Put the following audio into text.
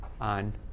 on